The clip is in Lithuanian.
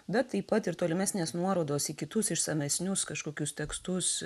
bet taip pat ir tolimesnės nuorodos į kitus išsamesnius kažkokius tekstus